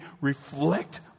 reflect